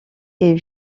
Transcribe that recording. est